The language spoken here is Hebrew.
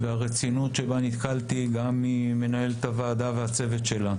הרצינות שבה נתקלתי, גם ממנהלת הוועדה וצוותה,